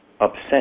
upset